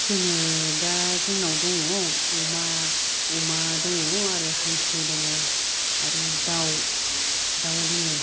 जोङो दा जोंनाव दङ अमा अमा दङ आरो हांसो दङ आरो दाव दाव दङ